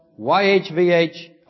YHVH